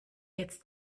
jetzt